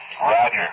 Roger